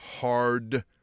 hard